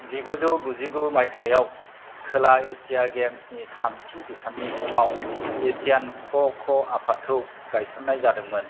जिगुजौ गुजिगु माइथाइयाव खोला एसिया गेम्सनि थामथि बिसाननि समाव एसियान ख ख आफादखौ गायसननाय जादोंमोन